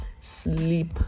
sleep